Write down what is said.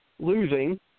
Losing